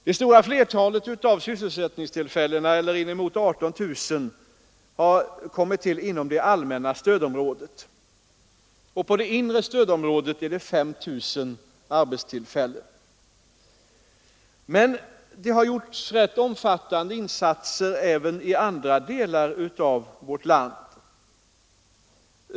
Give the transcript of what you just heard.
Det stora flertalet sysselsättningstillfällen eller inemot 18 000 har kommit till inom det allmänna stödområdet. I det inre stödområdet har tillkommit 5 000 arbetstillfällen. Det har emellertid gjorts rätt omfattande insatser även i andra delar av vårt land.